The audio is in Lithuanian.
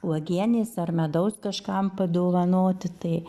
uogienės ar medaus kažkam padovanoti tai